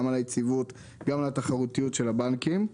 על היציבות וגם על התחרותיות של הבנקים.